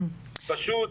פשוט,